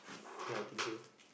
ya I think so